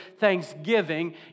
thanksgiving